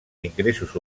ingressos